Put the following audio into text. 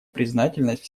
признательность